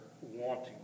Wanting